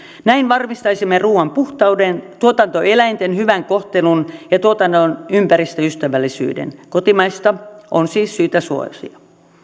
näin varmistaisimme ruuan puhtauden tuotantoeläinten hyvän kohtelun ja tuotannon ympäristöystävällisyyden kotimaista on siis syytä suosia